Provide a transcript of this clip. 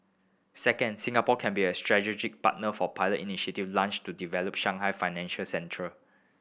second Singapore can be a strategic partner for pilot initiative launched to develop Shanghai financial centre